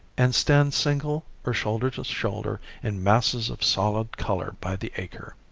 and stand single or shoulder to shoulder in masses of solid color by the acre.